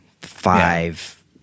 Five